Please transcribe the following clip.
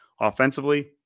offensively